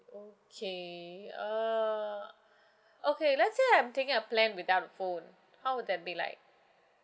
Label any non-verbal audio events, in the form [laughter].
okay err [breath] okay let's say I'm taking a plan without a phone how would that be like